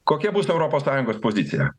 kokia bus europos sąjungos pozicija